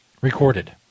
recorded